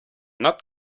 not